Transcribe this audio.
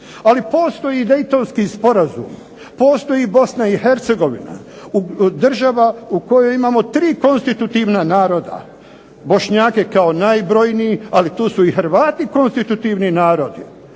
Ali postoji i Dejtonski sporazum, postoji Bosna i Hercegovina, država u kojoj imamo tri konstitutivna naroda, Bošnjake kao najbrojniji, ali tu su i Hrvati konstitutivni narodi.